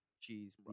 cheese